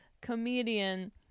Comedian